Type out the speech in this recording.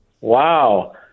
Wow